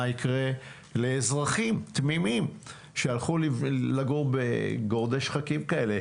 מה יקרה לאזרחים תמימים שהלכו לגור בגורדי שחקים כאלה,